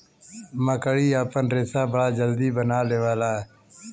मकड़ी आपन रेशा बड़ा जल्दी बना देवला